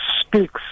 speaks